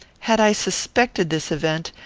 had i suspected this event,